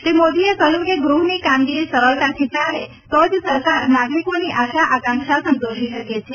શ્રી મોદીએ કહ્યું હતું કે ગૃહની કામગીરી સરળતાથી ચાલે તો જ સરકાર નાગરિકોની આશા આકાંક્ષા સંતોષી શકે છે